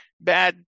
bad